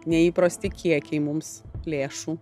neįprasti kiekiai mums lėšų